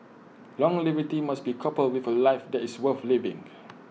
longevity must be coupled with A life that is worth living